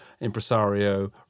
impresario